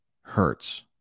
hurts